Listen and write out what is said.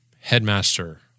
headmaster